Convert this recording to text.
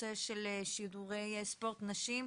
בנושא של קידום תרבות הספורט בכלל,